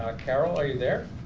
ah carol, are you there?